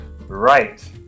Right